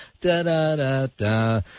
da-da-da-da